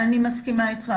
אני מסכימה איתך.